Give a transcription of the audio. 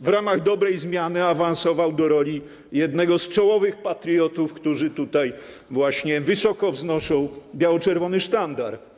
w ramach dobrej zmiany awansował do roli jednego z czołowych patriotów, którzy tutaj właśnie wysoko wznoszą biało-czerwony sztandar.